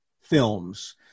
films